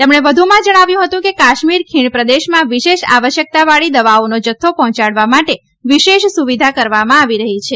તેમણે વધુમાં જણાવ્યું હતું કે કાશ્મીર ખીણ પ્રદેશમાં વિશેષ આવશ્યકતાવાળી દવાઓનો જથ્થો પહોંચાડવા માટે વિશેષ સુવિધા કરવામાં આવી રહી છે